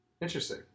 Interesting